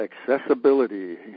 accessibility